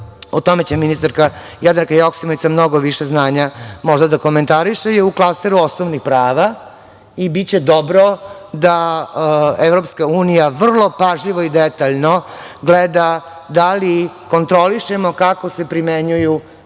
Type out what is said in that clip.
o tome će ministarka Jadranka Joksimović sa mnogo više znanja, možda da komentariše, jer je u klasteru osnovnih prava. Biće dobro da EU vrlo pažljivo i detaljno gleda da li kontrolišemo kako se primenjuju